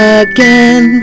again